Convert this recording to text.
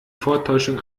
vortäuschung